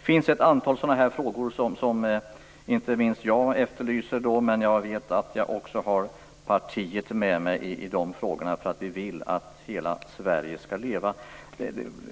Det finns ett antal exempel på projekt där inte minst jag efterlyser pengar. Jag vet att jag också har partiet med mig i de frågorna. Vi vill att hela Sverige skall leva.